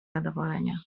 zadowolenia